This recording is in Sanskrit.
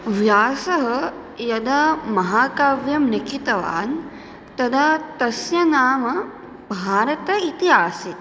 व्यासः यदा महाकाव्यं लिखितवान् तदा तस्य नाम भारतम् इति आसीत्